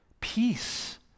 Peace